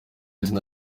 zina